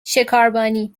شکاربانی